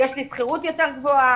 יש לי שכירות יותר גבוהה,